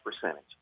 percentage